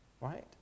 right